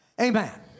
Amen